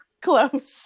close